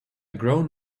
grown